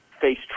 face